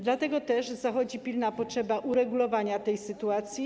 Dlatego też zachodzi pilna potrzeba uregulowania tej sytuacji.